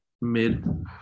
mid